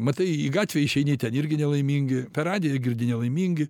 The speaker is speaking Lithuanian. matai į gatvę išeini ten irgi nelaimingi per radiją girdi nelaimingi